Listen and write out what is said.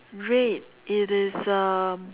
red it is um